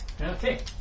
Okay